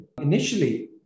Initially